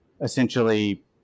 essentially